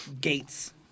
gates